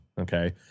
Okay